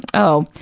oh,